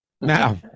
Now